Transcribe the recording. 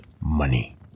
money